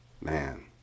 Man